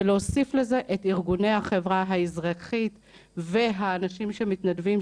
ולהוסיף לזה את ארגוני החברה האזרחית והאנשים שמתנדבים,